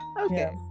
Okay